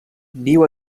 viu